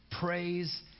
praise